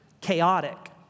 chaotic